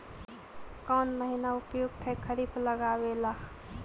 कौन महीना उपयुकत है खरिफ लगावे ला?